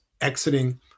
exiting